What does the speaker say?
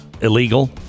illegal